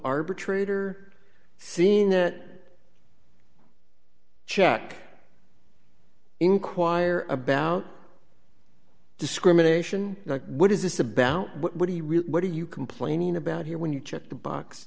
arbitrator seeing that check inquire about discrimination what is this about what he really what are you complaining about here when you check the box